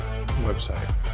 website